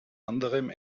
anderem